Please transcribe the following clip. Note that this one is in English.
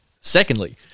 Secondly